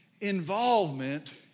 involvement